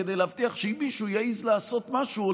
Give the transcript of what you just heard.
כדי להבטיח שאם מישהו יעז לעשות משהו,